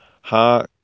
ha